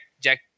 Jack